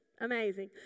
amazing